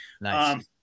Nice